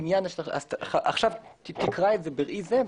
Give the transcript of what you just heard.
עכשיו תקרא את זה בראי זה.